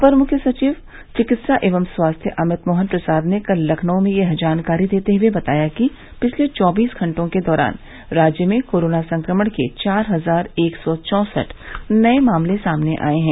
अपर मुख्य सचिव चिकित्सा एवं स्वास्थ्य अमित मोहन प्रसाद ने कल लखनऊ में यह जानकारी देते हुए बताया कि पिछले चौबीस घंटे के दौरान राज्य में कोरोना संक्रमण के चार हजार एक सौ चौसठ नये मामले सामने आये हैं